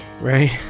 right